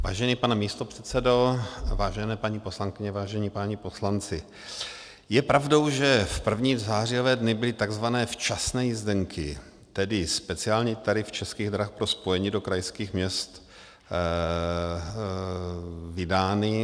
Vážený pane místopředsedo, vážené paní poslankyně, vážení páni poslanci, je pravdou, že první zářijové dny byly takzvané včasné jízdenky, tedy speciální tarif Českých drah pro spojení do krajských měst, vydány.